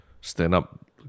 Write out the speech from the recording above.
stand-up